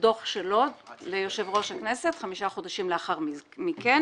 הדוח שלו ליושב-ראש הכנסת חמישה חודשים לאחר מכן,